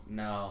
no